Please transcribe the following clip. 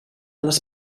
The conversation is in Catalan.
les